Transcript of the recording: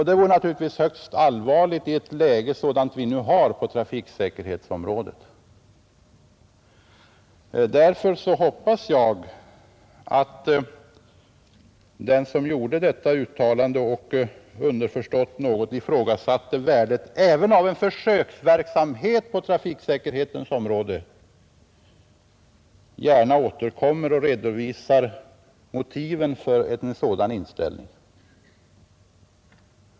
Detta vore högst allvarligt i ett sådant läge som vi för närvarande har på trafiksäkerhetsområdet. Därför hoppas jag att den som gjorde detta uttalande och ifrågasatte värdet även av en försöksverksamhet på trafiksäkerhetens område återkommer och redovisar motiven för sin inställning.